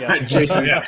Jason